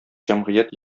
җәмгыять